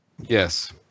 Yes